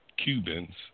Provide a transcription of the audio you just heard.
Cubans